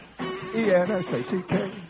E-N-S-A-C-K